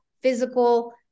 physical